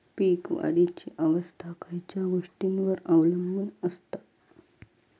पीक वाढीची अवस्था खयच्या गोष्टींवर अवलंबून असता?